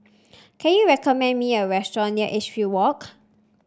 can you recommend me a restaurant near Edgefield Walk